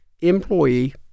employee